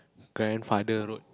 grandfather road